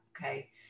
okay